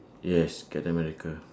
yes captain america